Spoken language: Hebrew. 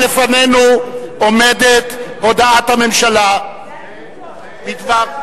לפנינו עומדת הודעת הממשלה בדבר,